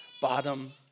bottom